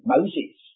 Moses